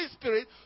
Spirit